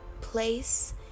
place